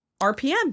RPM